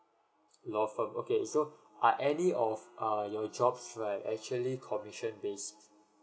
law firm okay is so are any of uh your jobs right are actually commission based